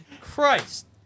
Christ